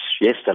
yesterday